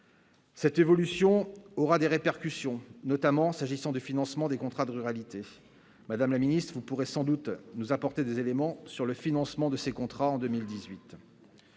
Cette évolution aura des répercussions notamment s'agissant du financement des contrats de ruralité, madame la ministre pourrait sans doute nous apporter des éléments sur le financement de ces contrats en 2018.